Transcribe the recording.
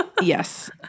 Yes